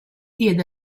diede